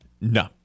No